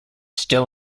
still